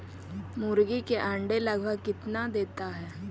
मुर्गी के अंडे लगभग कितना देता है?